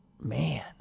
man